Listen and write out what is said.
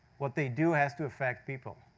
what they do has to affect people.